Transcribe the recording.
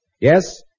Yes